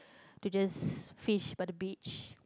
to just fish by the beach